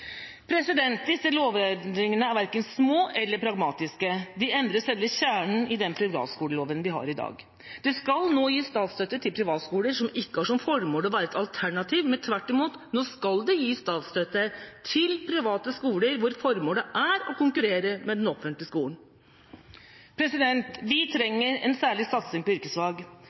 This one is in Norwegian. Disse lovendringene er verken små eller pragmatiske, de endrer selve kjernen i den privatskoleloven vi har i dag. Det skal nå gis statsstøtte til privatskoler som ikke har som formål å være et alternativ, altså tvert imot: Nå skal det gis statsstøtte til private skoler hvor formålet er å konkurrere med den offentlige skolen. Vi